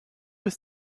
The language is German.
ist